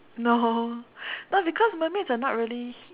no no because mermaids are not really